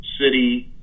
city